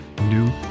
New